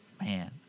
Man